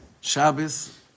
Shabbos